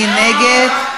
מי נגד?